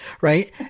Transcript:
right